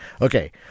okay